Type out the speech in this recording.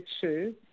choose